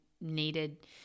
needed